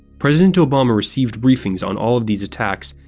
president obama received briefings on all of these attacks,